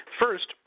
First